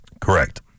Correct